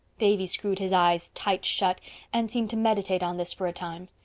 davy screwed his eyes tight shut and seemed to meditate on this for a time.